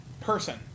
person